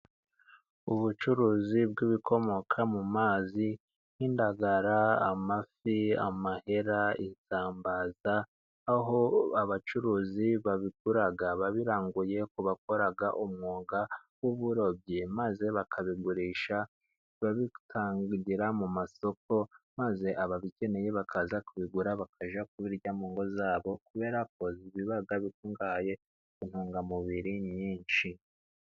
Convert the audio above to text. Ubucuruzi bw'ibikomoka mu mazi nk'indagara, amafi ,amahera, isambaza, aho abacuruzi babikura babiranguye ku bakora umwuga w'uburobyi maze bakabigurisha babitangigira mu masoko, maze ababikeneye bakaza kubigura bakajya kubirya mu ngo zabo kuberako biba bikungahaye ku ntungamubiri nyinshi.